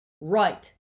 Right